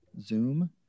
Zoom